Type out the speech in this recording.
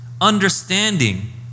Understanding